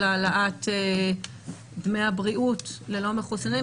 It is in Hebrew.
הנושא של העלאת דמי הבריאות ללא מחוסנים.